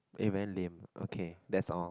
eh very lame okay that's all